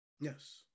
Yes